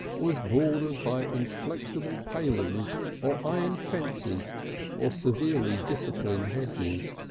was bordered by inflexible palings or iron fences or severely disciplined hedges.